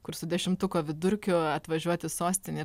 kur su dešimtuko vidurkiu atvažiuot į sostinę